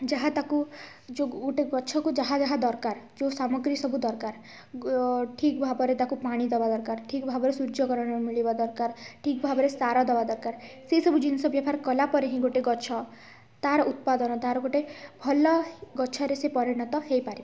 ଯାହା ତାକୁ ଯେଉଁ ଗୋଟେ ଗଛକୁ ଯାହା ଯାହା ଦରକାର ଯେଉଁ ସାମଗ୍ରୀ ସବୁ ଦରକାର ଠିକ୍ ଭାବରେ ତାକୁ ପାଣି ଦବା ଦରକାର ଠିକ୍ ଭାବରେ ସୂର୍ଯ୍ୟକରଣ ମିଳିବା ଦରକାର ଠିକ୍ ଭାବରେ ସାର ଦେବା ଦରକାର ସେଇ ସବୁ ଜିନିଷ ବ୍ୟବହାର କଲାପରେ ହିଁ ଗୋଟେ ଗଛ ତା'ର ଉତ୍ପାଦନ ତା'ର ଗୋଟେ ଭଲ ଗଛରେ ସେ ପରିଣତ ହୋଇପାରିବ